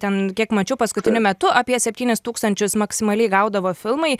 ten kiek mačiau paskutiniu metu apie septynis tūkstančius maksimaliai gaudavo filmai